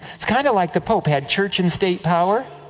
it is kind of like the pope had church and state power?